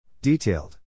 Detailed